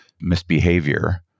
misbehavior